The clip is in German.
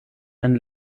ein